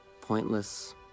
pointless